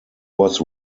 was